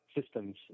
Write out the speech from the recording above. systems